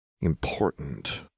Important